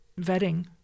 vetting